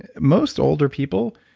most older people,